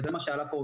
וזה מה שעלה פה,